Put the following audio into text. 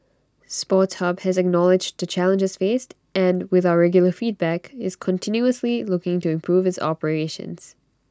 sports hub has acknowledged the challenges faced and with our regular feedback is continuously looking to improve its operations